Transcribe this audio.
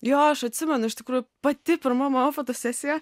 jo aš atsimenu iš tikrųjų pati pirma mano fotosesija